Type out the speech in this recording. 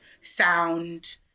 sound